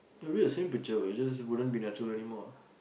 will the same picture but it just won't be natural anymore